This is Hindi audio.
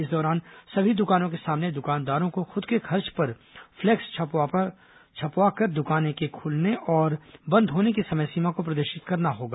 इस दौरान सभी दुकानों के सामने दुकानदारों को खुद के खर्चे पर फ्लैक्स छपवाकर दुकानें के खुलने और बंद होने की समय सीमा को प्रदर्शित करना होगा